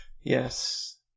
Yes